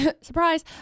Surprise